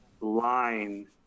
line